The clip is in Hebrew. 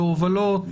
בהובלות.